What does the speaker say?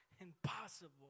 impossible